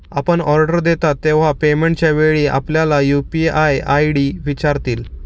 आपण ऑर्डर देता तेव्हा पेमेंटच्या वेळी आपल्याला यू.पी.आय आय.डी विचारतील